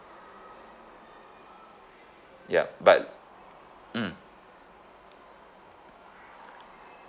yup but mm